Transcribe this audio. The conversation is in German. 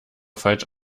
falsch